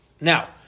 Now